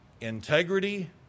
integrity